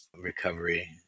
recovery